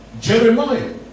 Jeremiah